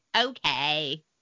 okay